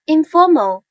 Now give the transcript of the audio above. Informal